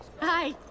Hi